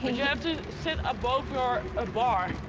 you have to sit above your ah bar.